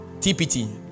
TPT